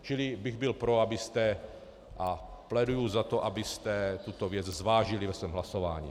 Čili byl bych pro, abyste, a pléduji za to, abyste tuto věc zvážili ve svém hlasování.